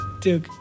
Duke